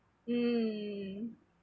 hmm